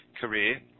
career